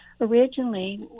originally